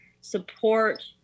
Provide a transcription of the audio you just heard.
support